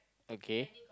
okay